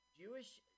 Jewish –